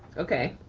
okay.